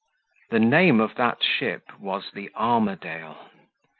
the name of that ship was the armadale.